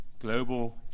global